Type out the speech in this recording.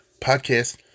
podcast